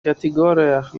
категориях